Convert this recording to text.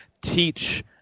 Teach